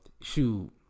shoot